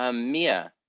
ah mia.